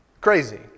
Crazy